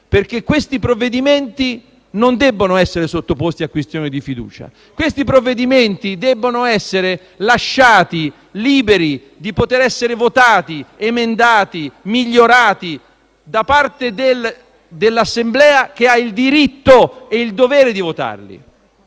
perché provvedimenti del genere non debbono essere sottoposti a questione di fiducia. Questi provvedimenti devono essere lasciati liberi di essere emendati e migliorati da parte dell'Assemblea che ha il diritto e il dovere di votarli.